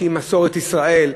שהיא מסורת ישראל,